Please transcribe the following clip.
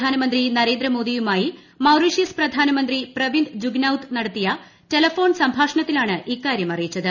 പ്രധാനമന്ത്രി നരേന്ദ്രമോദിയുമായി മൌറീഷ്യസ് പ്രധാനമന്ത്രി പ്രവിന്ദ് ജുഗ്നൌത്ത് നടത്തിയ ടെലഫോൺ സംഭാഷണത്തിലാണ് ഇക്കാര്യം അറിയിച്ചത്